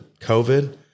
COVID